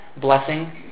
blessing